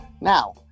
Now